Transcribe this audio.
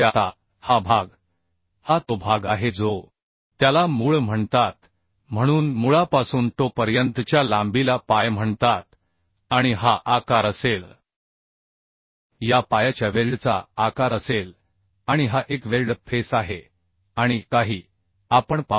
आता हा तो भाग आहे जो त्याला मूळ म्हणतात म्हणून मुळापासून टो पर्यंतच्या लांबीला पाय म्हणतात आणि हा आकार असेल या पायाच्या वेल्डचा आकार असेल आणि हा एक वेल्ड फेस आहे आणि काही आपण पाहू